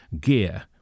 gear